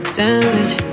damage